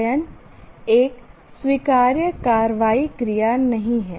अध्ययन एक स्वीकार्य कार्रवाई क्रिया नहीं है